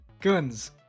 Guns